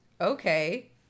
okay